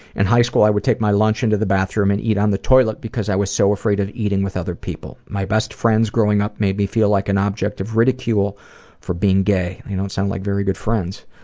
and high school i would take my lunch into the bathroom and eat on the toilet because i was so afraid of eating with other people. my best friends growing up made me feel like an object of ridicule for being gay. they don't sound like very good friends.